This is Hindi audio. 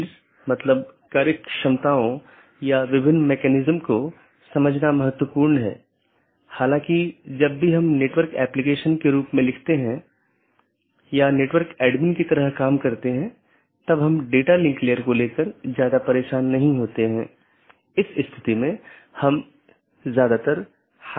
इसका मतलब है कि यह एक प्रशासनिक नियंत्रण में है जैसे आईआईटी खड़गपुर का ऑटॉनमस सिस्टम एक एकल प्रबंधन द्वारा प्रशासित किया जाता है यह एक ऑटॉनमस सिस्टम हो सकती है जिसे आईआईटी खड़गपुर सेल द्वारा प्रबंधित किया जाता है